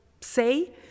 say